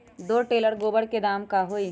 दो टेलर गोबर के दाम का होई?